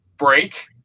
Break